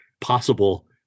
possible